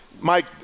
Mike